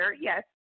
yes